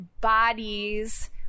bodies